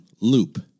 loop